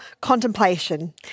contemplation